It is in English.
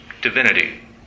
divinity